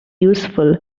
useful